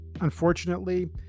unfortunately